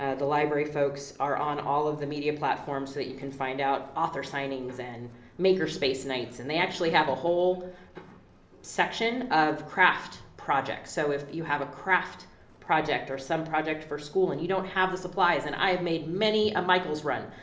ah the library folks are on all of the media platforms that you can find out author signings, and maker space nights, and they actually have a whole section of craft projects. so if you have a craft project, or some project for school and you don't have the supplies, and i have made many a michael's run,